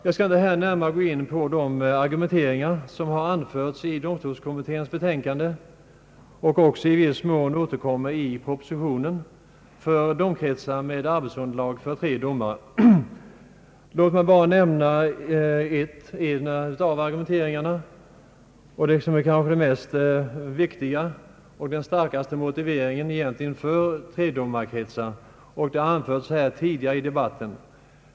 Jag skall inte här närmare gå in på de argumenteringar som har anförts i domkretskommitténs betänkande och i viss mån återkommer även i propositionen beträffande domkretsar med arbetsunderlag för tre domare. Låt mig bara få nämna ett av argumenten. Det är kanske den mest viktiga och starkaste motiveringen för tredomarkretsar, och det har anförts här tidigare i debatten.